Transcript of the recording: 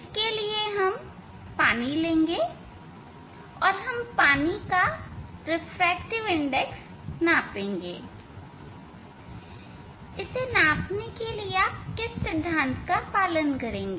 इसके लिए हम पानी लेंगे हम पानी का रिफ्रैक्टिव इंडेक्स नापेंगे इसे नापने के लिए आप किस सिद्धांत का पालन करेंगे